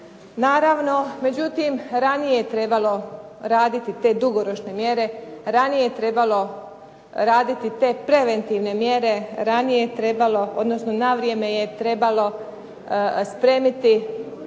Naravno, međutim ranije je trebalo raditi te dugoročne mjere, ranije je trebalo raditi te preventivne mjere, ranije je trebalo odnosno na vrijeme je trebalo spremiti